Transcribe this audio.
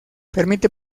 permite